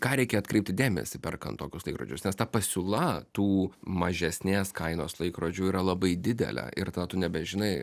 ką reikia atkreipti dėmesį perkant tokius laikrodžius nes ta pasiūla tų mažesnės kainos laikrodžių yra labai didelė ir tada tu nebežinai